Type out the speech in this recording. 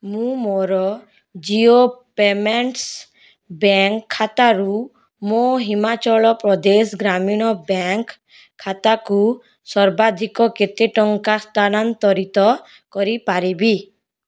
ମୁଁ ମୋର Jio payments bank ଖାତାରୁ ମୋ ହିମାଚଳ ପ୍ରଦେଶ ଗ୍ରାମୀଣ ବ୍ୟାଙ୍କ୍ ଖାତାକୁ ସର୍ବାଧିକ କେତେ ଟଙ୍କା ସ୍ଥାନାନ୍ତରିତ କରିପାରିବି